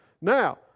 Now